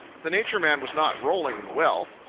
the nature man was not rolling in wealth.